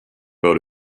boat